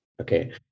Okay